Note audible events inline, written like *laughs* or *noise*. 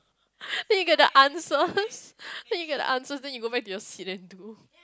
*laughs* then you get the answers *laughs* then you get the answers then you go back to your seat and do